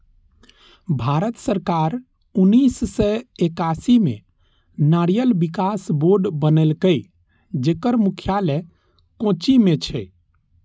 भारत सरकार उन्नेस सय एकासी मे नारियल विकास बोर्ड बनेलकै, जेकर मुख्यालय कोच्चि मे छै